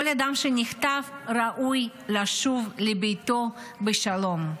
כל אדם שנחטף ראוי לשוב לביתו בשלום.